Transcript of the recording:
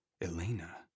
Elena